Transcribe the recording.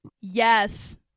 Yes